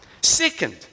Second